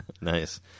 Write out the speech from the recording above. Nice